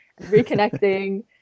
reconnecting